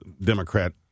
Democrat